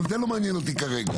זה לא מעניין אותי כרגע.